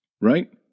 right